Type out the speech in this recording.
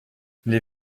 les